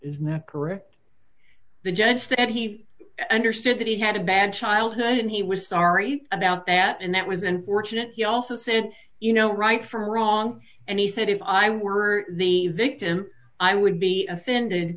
not correct the judge that he understood that he had a bad childhood and he was sorry about that and that was unfortunate he also said you know right from wrong and he said if i were the victim i would be offended